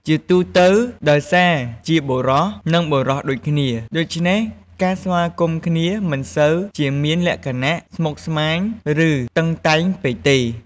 ជាទូទៅ ដោយសារជាបុរស និង បុរសដូចគ្នា ដូច្នេះក្នុងការស្វាគមន៍គ្នា មិនសូវជាមានលក្ខណៈស្មុគស្មាញ ឬ តឹងតែងពេកទេ។